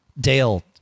Dale